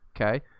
okay